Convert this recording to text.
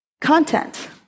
content